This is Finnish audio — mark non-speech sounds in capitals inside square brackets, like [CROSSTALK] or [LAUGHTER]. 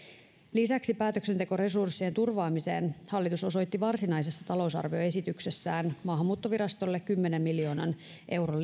lisäksi päätöksentekoresurssien turvaamiseen hallitus osoitti varsinaisessa talousarvioesityksessään maahanmuuttovirastolle kymmenen miljoonan euron [UNINTELLIGIBLE]